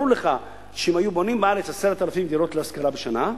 ברור לך שאם היו בונים בארץ 10,000 דירות להשכרה בשנה,